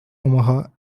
omaha